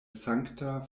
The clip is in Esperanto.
sankta